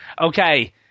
Okay